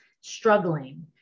struggling